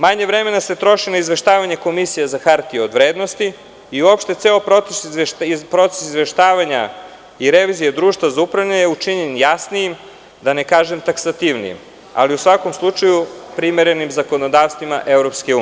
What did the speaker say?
Manje vremena se troši na izveštavanje Komisije za hartije od vrednosti i ceo proces izveštavanja i revizije društva za upravljanje je učinjen jasnijim, da ne kažem taksativnijim, ali u svakom slučaju, primerenim zakonodavstvima EU.